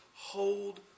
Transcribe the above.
hold